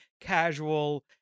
casual